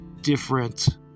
different